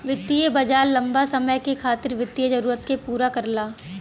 वित्तीय बाजार लम्बा समय के खातिर वित्तीय जरूरत के पूरा करला